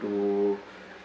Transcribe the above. to